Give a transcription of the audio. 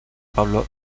pablo